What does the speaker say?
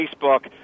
Facebook